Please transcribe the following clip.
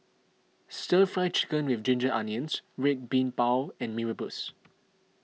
Stir Fry Chicken with Ginger Onions Red Bean Bao and Mee Rebus